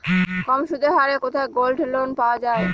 কম সুদের হারে কোথায় গোল্ডলোন পাওয়া য়ায়?